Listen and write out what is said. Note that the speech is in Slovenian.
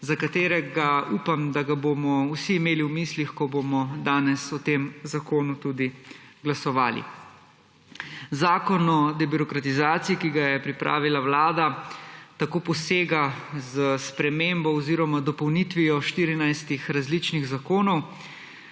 za katerega upam, da ga bomo vsi imeli v mislih, ko bomo danes o tem zakonu tudi glasovali. Zakon o debirokratizaciji, ki ga je pripravila vlada, tako posega s spremembo oziroma dopolnitvijo 14 različnih zakonov,